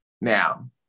now